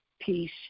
peace